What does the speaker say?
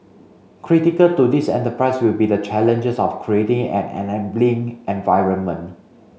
critical to this enterprise will be the challenges of creating an enabling environment